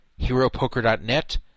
HeroPoker.net